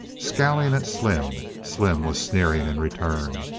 scowling at slim. slim was sneering in return.